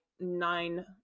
nine